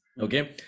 Okay